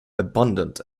abundant